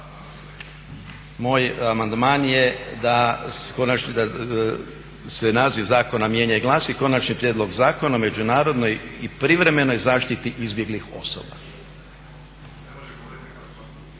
Moj amandman je da se naziv zakona mijenja i glasi Konačni prijedlog Zakona o međunarodnoj i privremenoj zaštiti izbjeglih osoba.